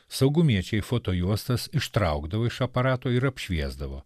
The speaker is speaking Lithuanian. saugumiečiai fotojuostas ištraukdavo iš aparato ir apšviesdavo